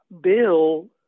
Bill